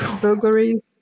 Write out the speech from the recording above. burglaries